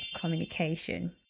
communication